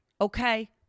okay